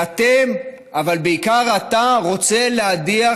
ואתם, אבל בעיקר אתה, רוצה להדיח